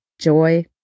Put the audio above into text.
joy